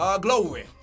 glory